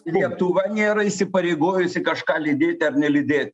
lietuva nėra įsipareigojusi kažką lydėt ar nelydė